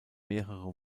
mehrere